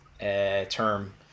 Term